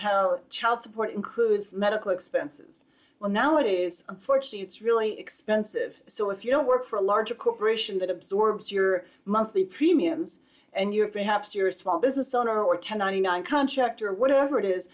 how child support includes medical expenses well now it is unfortunate it's really expensive so if you don't work for a large corporation that absorbs your monthly premiums and your helps your small business owner or ten ninety nine contract or whatever it is